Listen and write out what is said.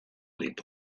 ditu